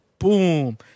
Boom